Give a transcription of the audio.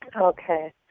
Okay